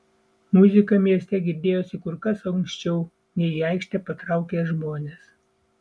muzika mieste girdėjosi kur kas anksčiau nei į aikštę patraukė žmonės